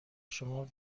شما